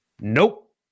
Nope